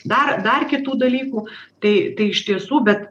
dar dar kitų dalykų tai tai iš tiesų bet